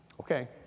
Okay